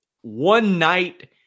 one-night